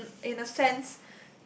in in a sense